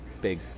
big